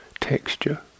texture